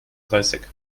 dreißig